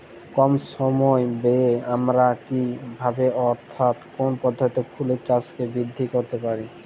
কম সময় ব্যায়ে আমরা কি ভাবে অর্থাৎ কোন পদ্ধতিতে ফুলের চাষকে বৃদ্ধি করতে পারি?